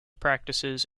practices